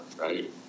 right